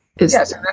Yes